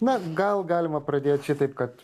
na gal galima pradėti šitaip kad